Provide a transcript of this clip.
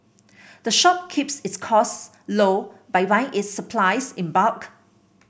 the shop keeps its costs low by buying its supplies in bulk